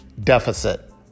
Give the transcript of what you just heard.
deficit